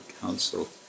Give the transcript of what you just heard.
Council